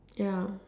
ya